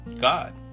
God